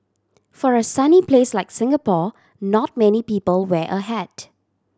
for a sunny place like Singapore not many people wear a hat